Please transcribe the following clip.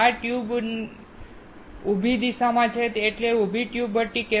જો ટ્યુબ ઉભી દિશામાં હોય તો ઉભી ટ્યુબ ભઠ્ઠી